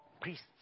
priests